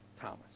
thomas